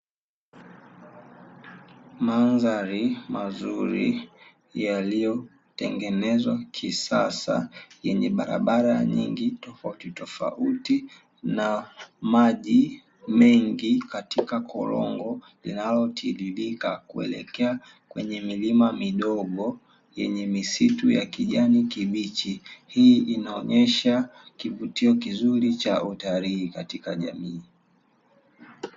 Mandhari mazuri yaliyotengenezwa kisasa, yenye barabara nyingi tofautitofauti na maji mengi katika korongo yanayotiririka kuelekea kwenye milima midogo yenye misitu ya kijani kibichi, hii inaonyesha kivutio kizuri cha utalii katika jamii.